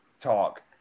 talk